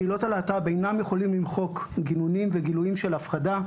קהילות הלהט"ב אינן יכולות למחוק גינונים וגילויים של הפחדה,